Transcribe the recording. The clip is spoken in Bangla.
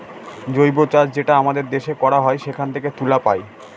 জৈব চাষ যেটা আমাদের দেশে করা হয় সেখান থেকে তুলা পায়